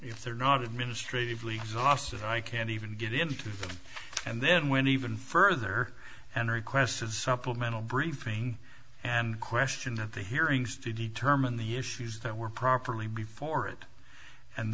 if they're not administratively exhausted i can't even get into and then went even further and requested supplemental briefing and question that the hearings to determine the issues that were properly before it and